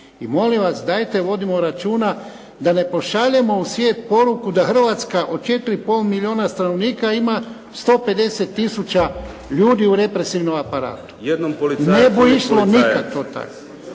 I molim vas, dajte vodimo računa da ne pošaljemo u svijet poruku da Hrvatska od 4,5 milijuna stanovnika ima 150 tisuća ljudi u represivnom aparatu. Ne bude išlo nikako